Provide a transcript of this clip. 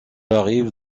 arrive